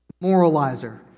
moralizer